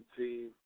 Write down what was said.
team